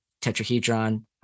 tetrahedron